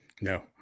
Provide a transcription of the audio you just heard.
No